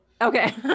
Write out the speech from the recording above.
Okay